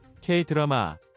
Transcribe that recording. K-드라마